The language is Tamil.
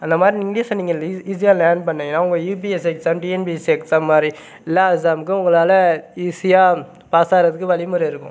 அந்த மாதிரி இங்கிலீஷை நீங்கள் லீ ஈஸியாக லேர்ன் பண்ணிங்கனால் உங்கள் யுபிஎஸ்சி எக்ஸாம் டிஎன்பிஎஸ்சி எக்ஸாம் மாதிரி எல்லா எக்ஸாமுக்கும் உங்களால் ஈஸியாக பாஸாகிறதுக்கு வழிமுறை இருக்கும்